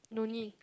no need